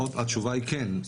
התשובה היא כן,